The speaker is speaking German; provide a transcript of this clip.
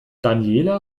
daniela